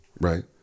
right